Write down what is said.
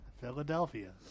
Philadelphia